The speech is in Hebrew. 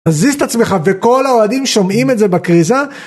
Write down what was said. להזיז את עצמך וכל האוהדים שומעים את זה בכריזה